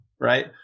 right